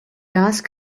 ask